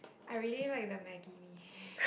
I really like the Maggie mee